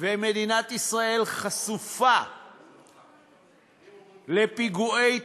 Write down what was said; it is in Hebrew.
ומדינת ישראל חשופה לפיגועי טרור,